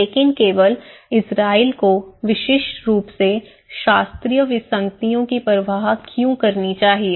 लेकिन केवल इजरायल को विशिष्ट रूप से शास्त्रीय विसंगतियों की परवाह क्यों करनी चाहिए